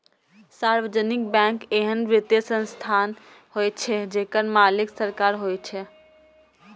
सार्वजनिक बैंक एहन वित्तीय संस्थान होइ छै, जेकर मालिक सरकार होइ छै